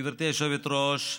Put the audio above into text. גברתי היושבת-ראש,